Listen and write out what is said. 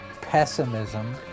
pessimism